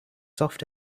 soft